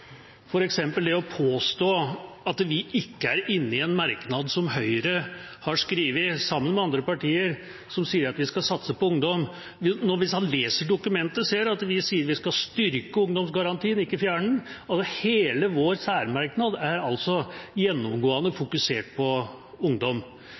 det å påstå at vi ikke er inne i en merknad som Høyre har skrevet sammen med andre partier, og som sier at vi skal satse på ungdom. Hvis han leser dokumentet, ser han at vi sier vi skal styrke ungdomsgarantien, og ikke fjerne den. Hele vår særmerknad har et gjennomgående